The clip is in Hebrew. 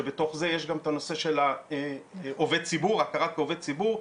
שבתוך זה יש גם את הנושא של הכרה כעובד ציבור,